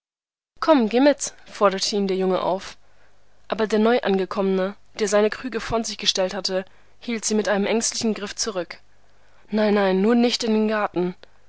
komm geh mit forderte ihn der junge auf aber der neuangekommene der seine krüge von sich gestellt hatte hielt sie mit einem ängstlichen griff zurück nein nein nur nicht in den garten